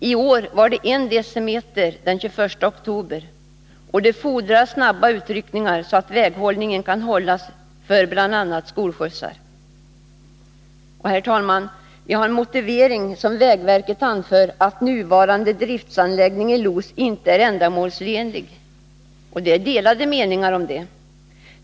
I år var det 1 dm snö den 21 oktober, och det fordrar snabba utryckningar, så att väghållningen kan hållas för bl.a. skolskjutsar. Herr talman! Den motivering som vägverket anför — att nuvarande driftsanläggningi Los inte är ändamålsenlig — är det delade meningar om.